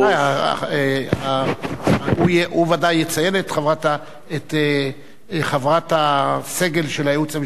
הוא ודאי יציין את חברת הסגל של הייעוץ המשפטי,